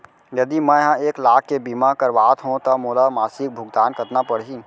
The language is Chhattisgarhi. यदि मैं ह एक लाख के बीमा करवात हो त मोला मासिक भुगतान कतना पड़ही?